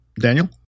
Daniel